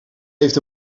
heeft